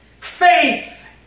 faith